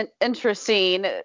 interesting